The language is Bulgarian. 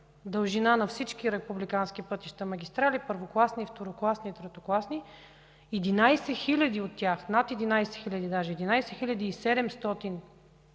дължина на всички републикански пътища – магистрали, първокласни, второкласни и третокласни, 11 хиляди от тях, даже над 11 хиляди – 11 700